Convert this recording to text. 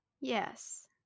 Yes